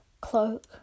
cloak